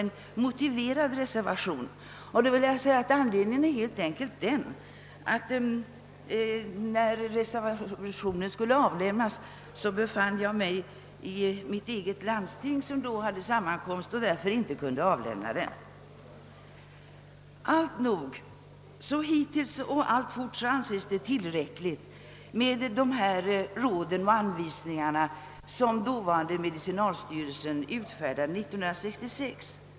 Anledningen till att jag inte stött herr Jansson med en motiverad reservation är helt enkelt att jag när reservationen skulle avlämnas befann mig i mitt eget landsting som då hade sammankomst. Alltjämt anses det tillräckligt med de råd och anvisningar som dåvarande medicinalstyrelsen = utfärdade 1966.